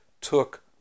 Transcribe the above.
took